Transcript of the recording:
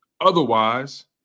Otherwise